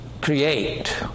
create